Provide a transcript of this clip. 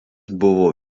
buvo